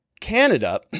canada